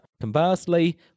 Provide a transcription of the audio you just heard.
Conversely